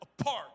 apart